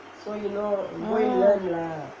ah